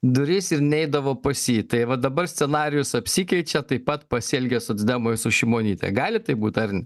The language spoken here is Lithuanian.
duris ir neidavo pas jį tai va dabar scenarijus apsikeičia taip pat pasielgia socdemai su šimonyte gali tai būt ar